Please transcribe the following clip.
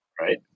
right